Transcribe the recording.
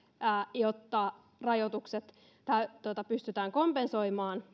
jotta rajoitukset pystytään kompensoimaan